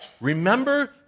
Remember